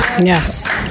Yes